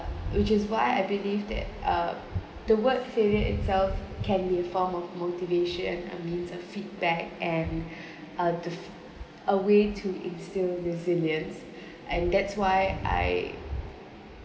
which is why I believe that uh the word failure itself can be a form of motivation and means of feedback and uh the a way to instill resilience and that's why I